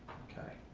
okay,